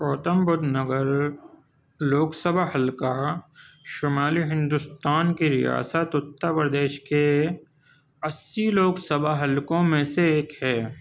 گوتم بدھ نگر لوک سبھا حلقہ شمالی ہندوستان کی ریاست اتر پردیش کے اسی لوک سبھا حلقوں میں سے ایک ہے